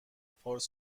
فارس